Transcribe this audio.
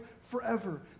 forever